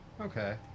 Okay